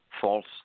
False